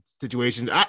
situations